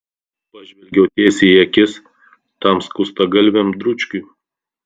pažvelgiau tiesiai į akis tam skustagalviam dručkiui